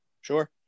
sure